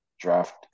draft